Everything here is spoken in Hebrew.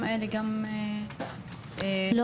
האלה --- (אומרת דברים בשפת הסימנים,